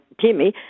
Timmy